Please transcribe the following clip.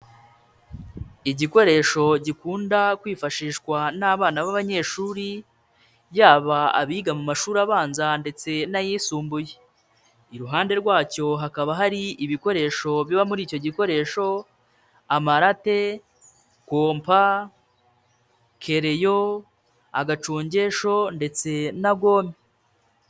Igikoresho gikunda kwifashishwa n'abana b'abanyeshuri yaba abiga mu mashuri abanza ndetse n'ayisumbuye, iruhande rwacyo hakaba hari ibikoresho biba muri icyo gikoresho, amarate, kompa, kerereyo, agacungesho ndetse na gome.